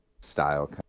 style